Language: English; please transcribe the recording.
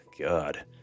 God